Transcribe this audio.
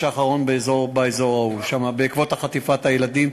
האחרון באזור ההוא בעקבות חטיפת הילדים.